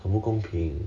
很不公平